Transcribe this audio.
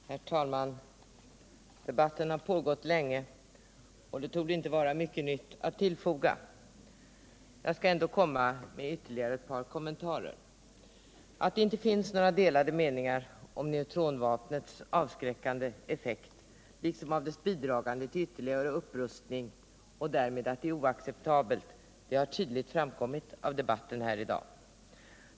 Herr talman! Debatten har pågått länge, och det torde inte vara mycket nytt att tillfoga. Jag skall ändå komma med ytterligare ett par kommentarer. Att det inte finns några delade meningar om neutronvapnets avskräckande effekt liksom om dess bidragande till ytterligare upprustning och därmed att det är oacceptabelt har tydligt framkommit av debatten här i dag.